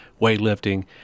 weightlifting